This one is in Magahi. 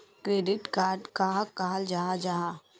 क्रेडिट कार्ड कहाक कहाल जाहा जाहा?